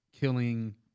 killing